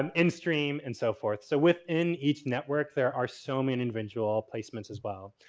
um in stream and so forth. so, within each network there are so many individual placements as well.